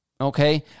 okay